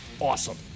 awesome